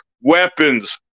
weapons